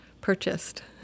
purchased